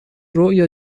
رویا